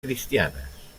cristianes